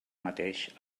mateix